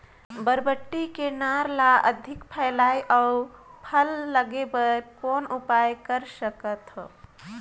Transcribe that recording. बरबट्टी के नार ल अधिक फैलाय अउ फल लागे बर कौन उपाय कर सकथव?